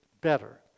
better